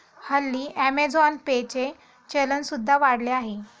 हल्ली Amazon pay चे चलन सुद्धा वाढले आहे